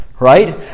Right